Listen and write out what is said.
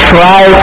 try